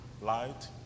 light